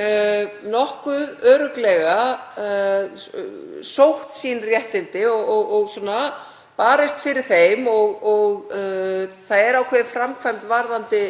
getur nokkuð örugglega sótt sín réttindi og barist fyrir þeim og það er ákveðin framkvæmd varðandi